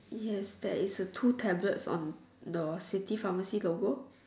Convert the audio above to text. yes there is a two tablets on the city pharmacy logo